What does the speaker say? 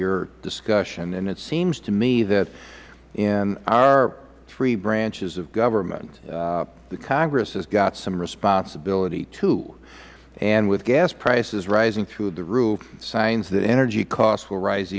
your discussion and it seems to me that in our three branches of government the congress has got some responsibility too and with gas prices rising through the roof signs that energy costs will rise